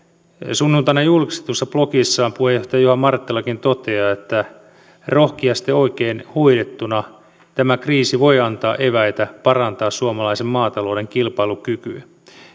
sunnuntaina julkistetussa blogissaan puheenjohtaja juha marttilakin toteaa että rohkeasti oikein hoidettuna tämä kriisi voi antaa eväitä parantaa suomalaisen maatalouden kilpailukykyä